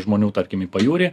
žmonių tarkim į pajūrį